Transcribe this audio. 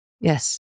Yes